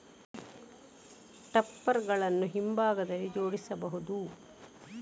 topper ಗಳನ್ನು ಹಿಂಭಾಗದಲ್ಲಿ ಜೋಡಿಸಬಹುದು